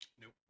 Nope